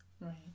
Right